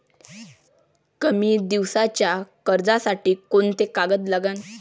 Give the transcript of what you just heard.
कमी दिसाच्या कर्जासाठी कोंते कागद लागन?